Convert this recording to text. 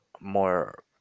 more